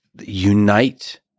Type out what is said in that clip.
unite